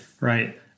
right